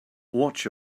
watch